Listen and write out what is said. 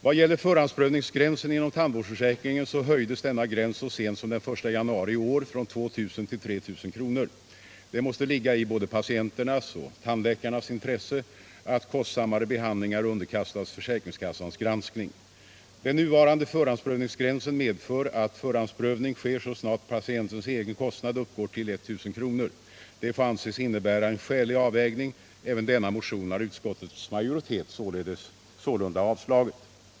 Vad gäller förhandsprövningsgränsen inom tandvårdsförsäkringen höjdes denna gräns så sent som den 1 januari i år från 2 000 till 3 000 kr. Det måste ligga i både patienternas och tandläkarnas intresse att kostsammare behandlingar underkastas försäkringskassans granskning. Den nuvarande förhandsprövningsgränsen medför att förhandsprövning sker så snart patientens egenkostnad uppgår till 1000 kr. Det får anses innebära en skälig avvägning. Även denna motion har utskottets majoritet sålunda avstyrkt.